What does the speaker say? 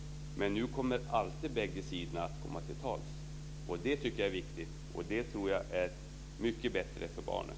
Nu kommer alltid bägge sidorna att komma till tals. Det tycker jag är viktigt, och det tror jag är mycket bättre för barnet.